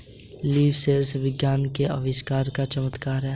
leaf sensor विज्ञान के आविष्कार का चमत्कार है